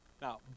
Now